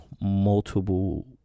multiple